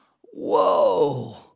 whoa